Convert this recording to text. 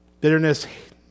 bitterness